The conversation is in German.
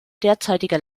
derzeitiger